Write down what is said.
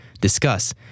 discuss